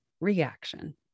reaction